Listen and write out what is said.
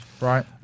Right